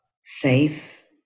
safe